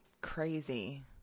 crazy